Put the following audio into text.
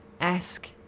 ask